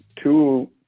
Two